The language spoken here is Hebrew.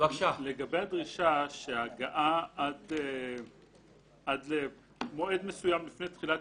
לגבי הדרישה שההגעה עד מועד מסוים לפני תחילת